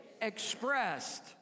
expressed